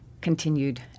continued